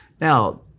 Now